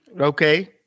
Okay